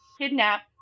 kidnap